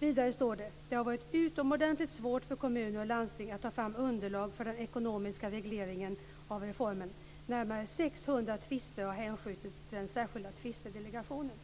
Vidare står det: "Det har varit utomordentligt svårt för kommuner och landsting att ta fram underlag för den ekonomiska regleringen av reformen. Närmare 600 tvister har hänskjutits till den särskilda tvistedelegationen."